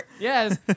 Yes